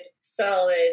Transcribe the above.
solid